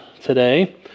today